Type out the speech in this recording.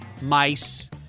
mice